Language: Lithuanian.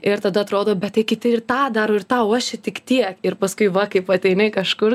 ir tada atrodo bet tai kiti ir tą daro ir tą o aš čia tik tiek ir paskui va kaip ateini kažkur